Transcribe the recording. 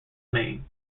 maine